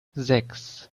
sechs